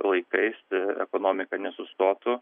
laikais ekonomika nesustotų